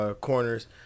corners